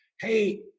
hey